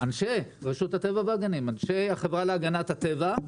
אנשי רשות הטבע והגנים, אנשי החברה להגנת הטבע,